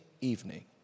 evening